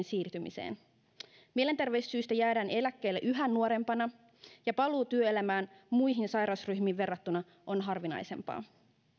siirtymiseen mielenterveyssyistä jäädään eläkkeelle yhä nuorempana ja paluu työelämään on muihin sairausryhmiin verrattuna harvinaisempaa